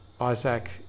Isaac